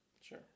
Sure